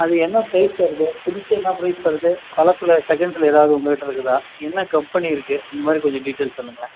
அது என்ன பிரைஸ் வருது புதுசு என்ன பிரைஸ் வருது பழசுல செகண்ட்ஸ்சில் ஏதாவது உங்கள் கிட்டே இருக்குதா என்ன கம்பெனி இருக்குது இந்தமாதிரி கொஞ்சம் டீட்டைல்ஸ் சொல்லுங்களேன்